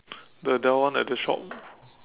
the Dell one at the shop